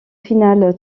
finale